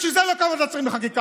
לא בשביל זה קמה ועדת שרים לחקיקה.